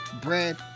bread